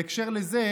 בהקשר של זה